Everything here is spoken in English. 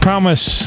Promise